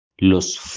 Los